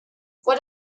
what